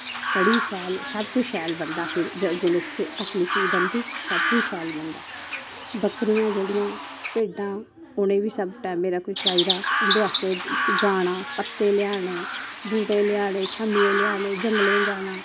क'ढ़ी शैल सब कुछ शैल बनदा फिर जेल्ले असली चीज़ बनदी सब कुश शैल बनदा बक्करियां जेह्ड़ियां भिड्डां उने बी सब टैमे दा कुछ चाही दा उंदे आस्ते जाना पत्ते लेआने बूह्टे नेआने छिम्बियै लेआने जंगलें जाना